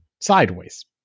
Sideways